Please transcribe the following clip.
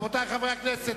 רבותי חברי הכנסת,